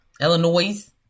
Illinois